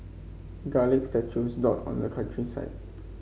garlic statues dot on the countryside